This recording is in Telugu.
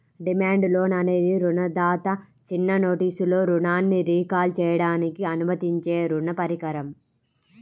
డిమాండ్ లోన్ అనేది రుణదాత చిన్న నోటీసులో రుణాన్ని రీకాల్ చేయడానికి అనుమతించే రుణ పరికరం